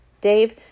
Dave